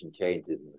changes